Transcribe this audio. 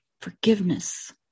Forgiveness